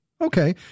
Okay